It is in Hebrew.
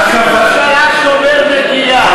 ראש הממשלה שומר נגיעה.